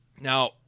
Now